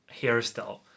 hairstyle